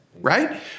right